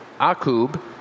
Akub